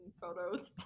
photos